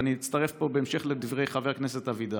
ואני אצטרף פה בהמשך לדברי חבר הכנסת אבידר.